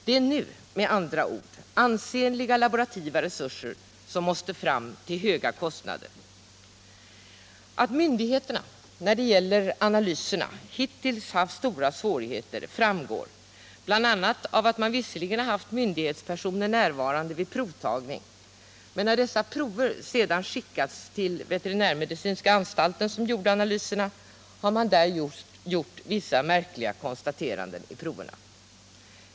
Det är med andra ord ansenliga laborativa resurser som nu måste fram till höga kostnader. Att myndigheterna när det gäller analyserna hittills haft stora svårigheter framgår bl.a. av att man visserligen haft myndighetspersoner närvarande vid provtagning, men när dessa prover sedan skickats till veterinärmedicinska anstalten, som utför analyserna, har där gjorts vissa märkliga konstateranden.